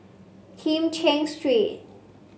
Kim Cheng Street